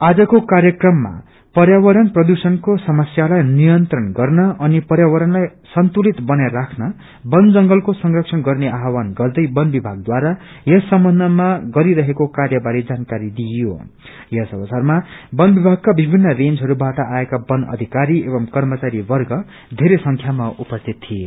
आजको कार्यक्रममा प्यावरण प्रदुश्वण्को समस्यालाई नियंण गर्न अनि पर्यावरणलाई सन्तुलित बनाई राख्न वन जंगलको संरक्षण गन्नेआवहावन गर्दै वनि विभागद्वारा यस सम्बन्यमा गरिरहेको कार्यबारे जानकारी दिइयो यस अवसरमा वन विभागकाविभिन्न रंजहस्बाट आएका वन अधिकरी एवं कर्मचारीवर्ग धेरै संख्याामा उपस्थित थिए